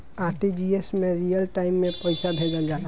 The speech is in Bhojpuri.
आर.टी.जी.एस में रियल टाइम में पइसा भेजल जाला